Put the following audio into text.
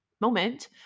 moment